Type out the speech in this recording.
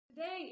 Today